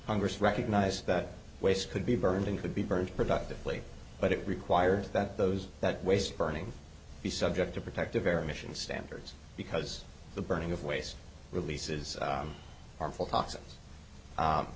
congress recognize that waste could be burned and could be burned productively but it required that those that waste burning be subject to protect a very mission standards because the burning of waste releases armful toxins